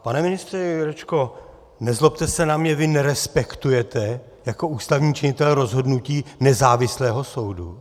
Pane ministře Jurečko, nezlobte se na mě, vy nerespektujete jako ústavní činitel rozhodnutí nezávislého soudu?